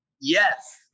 yes